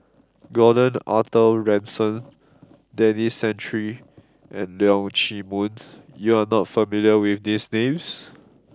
Gordon Arthur Ransome Denis Santry and Leong Chee Mun you are not familiar with these names